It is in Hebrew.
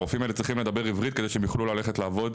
הרופאים האלה צריכים לדבר עברית כדי שהם יוכלו ללכת לעבוד,